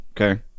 Okay